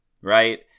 right